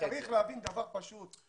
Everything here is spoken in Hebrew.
אתה צריך להבין דבר פשוט,